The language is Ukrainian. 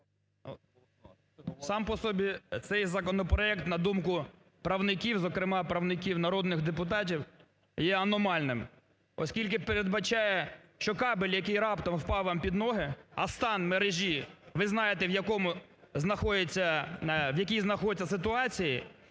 Сам по собі цей законопроект, на думку правників, зокрема правників-народних депутатів, є аномальним, оскільки передбачає, що кабель, який раптом впав вам під ноги, а стан мережі, ви знаєте, в якій знаходиться ситуації,